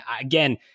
again